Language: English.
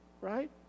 Right